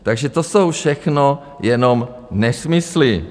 Takže to jsou všechno jenom nesmysly.